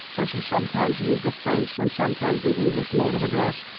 for she sometimes used the french and sometimes the english mode of address,